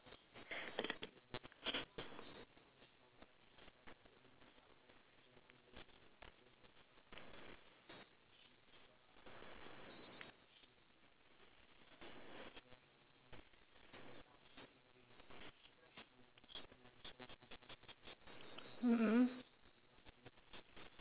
mm mm